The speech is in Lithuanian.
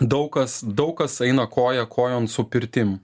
daug kas daug kas eina koja kojon su pirtim